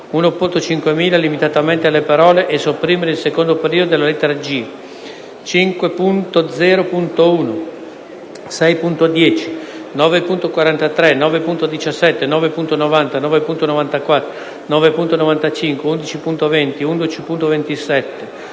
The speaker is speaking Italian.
1.5000 (limitatamente alle parole «e sopprimere il secondo periodo» della lettera g)), 5.0.1, 6.10, 9.43, 9.57, 9.90, 9.94, 9.95, 11.20, 11.27,